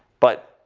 but,